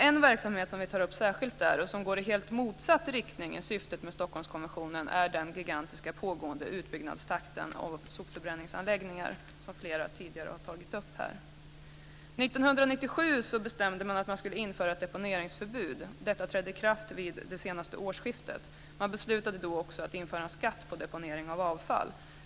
En verksamhet som vi tar upp särskilt där, och som går i helt motsatt riktning jämfört med syftet med Stockholmskonventionen, är den gigantiska pågående utbyggnaden av sopförbränningsanläggningar, som flera tidigare har tagit upp här. År 1997 bestämde man att man skulle införa ett deponeringsförbud. Detta trädde i kraft vid det senaste årsskiftet. Man beslutade då också att införa en skatt på deponering av avfall.